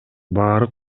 баары